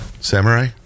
Samurai